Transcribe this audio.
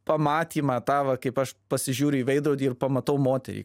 pamatymą tą va kai aš pasižiūri į veidrodį ir pamatau moterį